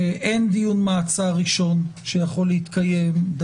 אין דיון מעצר ראשון שיכול להתקיים בהיוועדות חזותית,